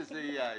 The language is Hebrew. כן.